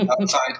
outside